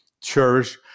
Church